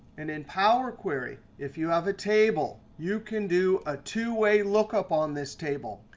and in power query, if you have a table, you can do a two-way lookup on this table.